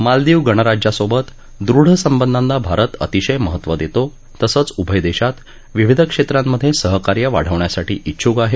मालदीव गणराज्यासोबत दृढ संबंधांना भारत अतिशय महत्त्व दत्ति तसंच उभय दश्वतित विविध क्षद्यमिध क्रिहकार्य वाढवण्यासाठी इच्छुक आह